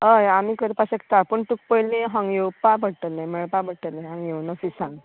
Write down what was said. हय आमी करपाक शकता पूण तुक पयलीं हांग येवपा पडटलें मेळपा पडटलें हांग येवनूत सांग